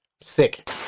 Sick